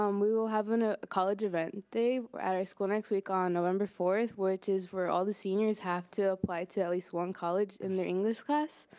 um we will have a ah college event day at our school next week on november fourth, which is where all the seniors have to apply to at least one college in their english class.